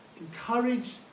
encourage